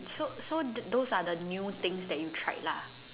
so so the those are the new things that you tried lah